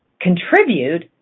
contribute